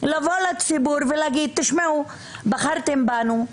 לבוא לציבור ולהגיד: בחרתם בנו,